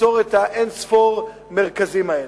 ליצור אין-ספור מרכזים כאלה.